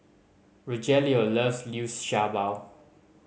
Rogelio loves Liu Sha Bao